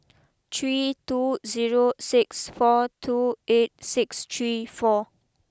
three two zero six four two eight six three four